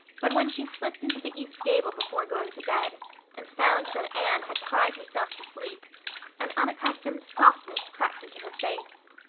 but when she slipped into the east gable before going to bed and found that anne had cried herself to sleep an unaccustomed softness crept into her face.